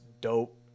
dope